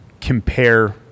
compare